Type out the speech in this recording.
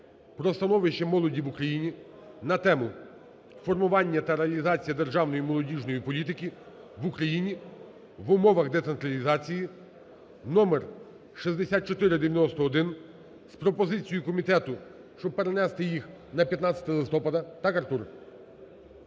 про становище молоді в Україні на тему: "Формування та реалізація державної молодіжної політики в Україні в умовах децентралізації" (№ 6491) з пропозицією комітету, щоб перенести їх на 15 листопада.